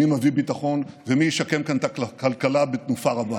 מי מביא ביטחון ומי ישקם כאן את הכלכלה בתנופה רבה.